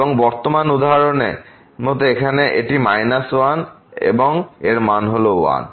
এই বর্তমান উদাহরণের মত এখানে এটি মান 1 এবং এখানে মান হল 1